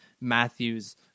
Matthews